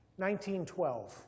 1912